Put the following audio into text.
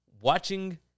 watching